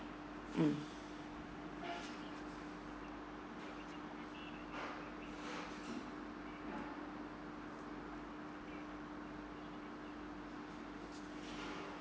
mm